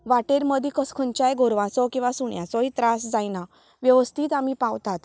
वाटेर मदीं कसो खंयच्याय गोरवांचो किंवा सुण्यांचोय त्रास जायना वेवस्थीत आमी पावतात